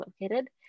located